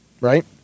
right